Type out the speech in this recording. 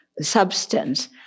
substance